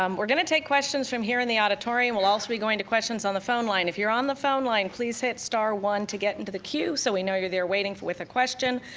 um we're gonna take questions from here in the auditorium, we'll also be going to questions on the phone line. if you're on the phone line, please hit star, one, to get into the queue, so we know you're there, waiting with a question.